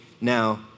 Now